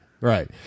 right